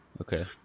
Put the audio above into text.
Okay